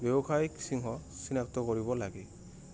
ব্যৱসায়িক সিংহ চিনাক্ত কৰিব লাগে